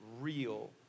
real